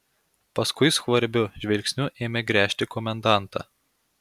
paskui skvarbiu žvilgsniu ėmė gręžti komendantą